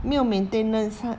没有 maintenance